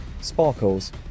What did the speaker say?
Sparkles